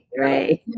right